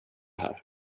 här